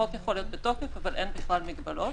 החוק יכול להיות בתוקף, אבל אין בכלל מגבלות.